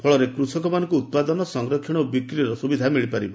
ଫଳରେ କୃଷକମାନଙ୍କୁ ଉତ୍ତାଦନ ସଂରକ୍ଷଣ ଓ ବିକ୍ରିର ସୁବିଧା ମିଳିପାରିବ